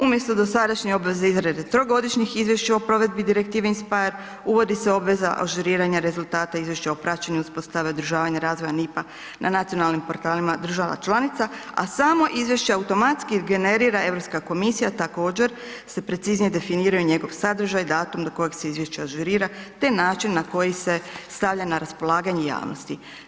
Umjesto dosadašnje obveze izrade trogodišnjih izvješća o provedbi Direktive in speyer, uvodi se obveza ažuriranja rezultata izvješća o praćenju uspostave održavanja razvoja NIPP-a na nacionalnim portalima država članica, a samo izvješće automatski generira Europska komisija također se preciznije definira njegov sadržaj, datum do kojeg se izvješća ažurira, te način na koji se stavlja na raspolaganje javnosti.